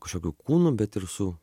kažkokiu kūnu bet ir su